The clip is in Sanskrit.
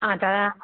अतः